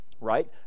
right